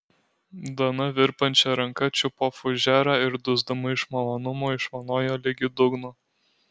dana virpančia ranka čiupo fužerą ir dusdama iš malonumo išvanojo ligi dugno